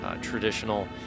traditional